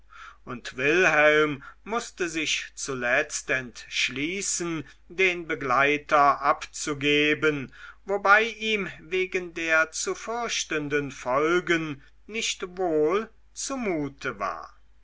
und wilhelm mußte sich zuletzt entschließen den begleiter abzugeben wobei ihm wegen der zu fürchtenden folgen nicht wohl zumute war